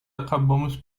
acabamos